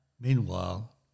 Meanwhile